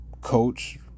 coach